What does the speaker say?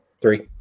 Three